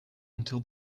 until